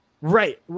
right